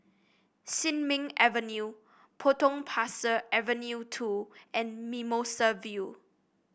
Sin Ming Avenue Potong Pasir Avenue two and Mimosa View